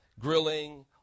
grilling